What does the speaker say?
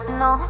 no